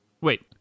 Wait